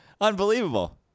Unbelievable